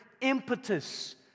impetus